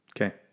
Okay